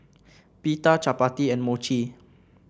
Pita Chapati and Mochi